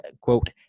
quote